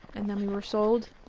and then we were sold